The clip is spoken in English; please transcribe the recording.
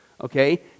Okay